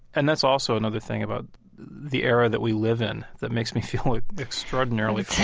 and that's also another thing about the era that we live in that makes me feel ah extraordinarily